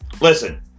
Listen